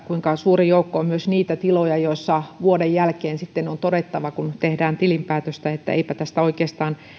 kuinka suuri joukko on myös niitä tiloja joissa vuoden jälkeen sitten kun tehdään tilinpäätöstä on todettava että eipä tästä työstä oikeastaan